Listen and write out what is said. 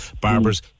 barbers